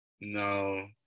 No